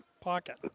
pocket